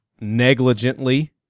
negligently